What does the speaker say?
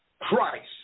Christ